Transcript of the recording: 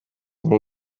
all